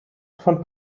von